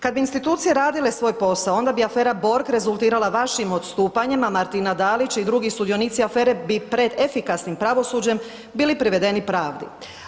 Kad bi institucije radile svoj posao, onda bi afere Borg rezultirala vašim odstupanjem, a Martina Dalić i drugi sudionici afere bi pred efikasnim pravosuđem bili privedeni pravdi.